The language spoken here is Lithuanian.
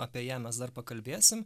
apie ją mes dar pakalbėsim